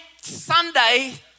Sunday